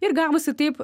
ir gavosi taip